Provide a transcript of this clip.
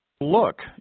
Look